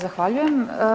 Zahvaljujem.